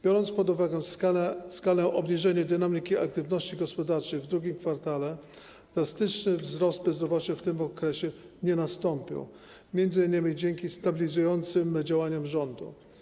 Biorąc pod uwagę skalę obniżenia dynamiki aktywności gospodarczej w II kwartale, drastyczny wzrost bezrobocia w tym okresie nie nastąpił, m.in. dzięki stabilizującym działaniom rządu.